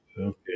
Okay